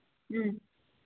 ꯎꯝ